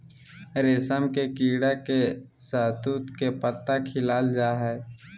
रेशम के कीड़ा के शहतूत के पत्ता खिलाल जा हइ